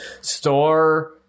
store